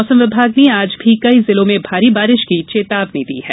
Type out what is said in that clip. मौसम विभाग ने आज भी कई जिलों में भारी बारिश की चेतावनी दी है